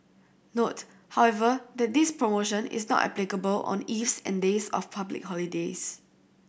note however that this promotion is not applicable on eves and days of public holidays